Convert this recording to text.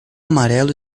amarelo